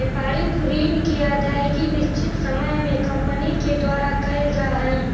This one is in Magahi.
व्यापारिक ऋण के अदायगी निश्चित समय में कंपनी के द्वारा कैल जा हई